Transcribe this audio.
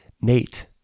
Nate